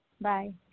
Bye